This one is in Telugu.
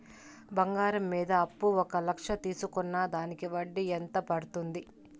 బంగారం మీద అప్పు ఒక లక్ష తీసుకున్న దానికి వడ్డీ ఎంత పడ్తుంది?